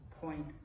point